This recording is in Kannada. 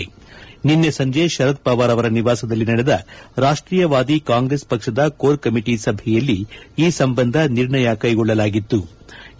ನಿಸ್ಸೆ ಸಂಜೆ ಶರದ್ ಪವಾರ್ ಅವರ ನಿವಾಸದಲ್ಲಿ ನಡೆದ ರಾಷ್ಟೀಯವಾದಿ ಕಾಂಗ್ರೆಸ್ ಪಕ್ಷದ ಕೋರ್ ಕಮಿಟಿ ಸಭೆಯಲ್ಲಿ ಈ ಸಂಬಂದ ನಿರ್ಣಯ ಕೈಗೊಳ್ಲಲಾಗಿತು